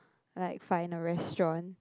like find a restaurant